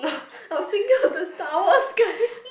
I was thinking of the Star-Wars guy